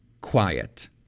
quiet